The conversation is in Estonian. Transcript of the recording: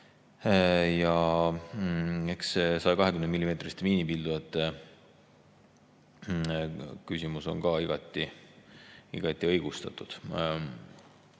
120 mm miinipildujate küsimus on ka igati õigustatud.